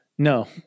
No